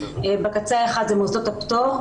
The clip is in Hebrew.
בקצה האחד זה מוסדות הפטור,